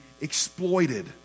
exploited